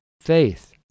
faith